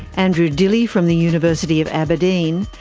andrew dilley from the university of aberdeen,